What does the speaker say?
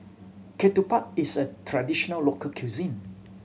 ketupat is a traditional local cuisine